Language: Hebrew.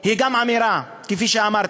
היא גם אמירה, כפי שאמרתי.